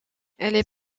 est